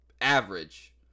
average